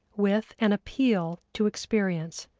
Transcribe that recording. with an appeal to experience,